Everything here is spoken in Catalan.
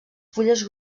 fulles